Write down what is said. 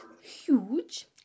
huge